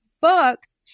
books